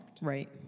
Right